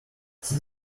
see